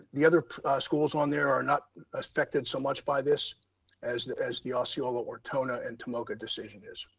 the other schools on there are not affected so much by this as the as the osceola ortona and tomoka decision is.